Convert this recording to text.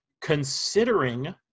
considering